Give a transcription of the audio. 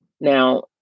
Now